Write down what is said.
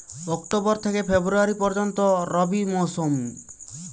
October থেকে February পর্যন্ত রবি মৌসুম